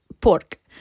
pork